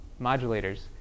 modulators